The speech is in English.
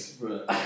bro